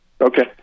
Okay